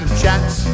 chats